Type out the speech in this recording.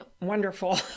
Wonderful